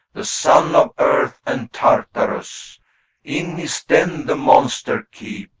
the son of earth and tartarus in his den the monster keep,